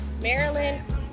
Maryland